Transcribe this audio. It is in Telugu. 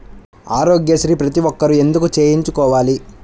ఆరోగ్యశ్రీ ప్రతి ఒక్కరూ ఎందుకు చేయించుకోవాలి?